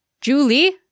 Julie